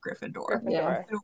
Gryffindor